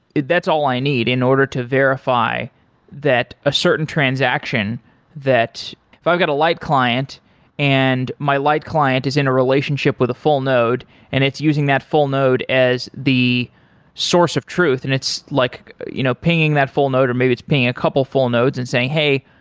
that's all i need in order to verify that a certain transaction that if i've got a light client and my light client is in a relationship with a full node and it's using that full node as the source of truth and it's like you know pinging that full node, or maybe it's pinging a couple full nodes and saying, hey,